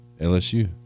LSU